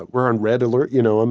we're on red alert. you know, um